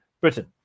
Britain